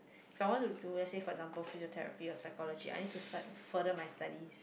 someone who do let's say for example physiotherapy or psychology I need to start further my studies